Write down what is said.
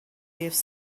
would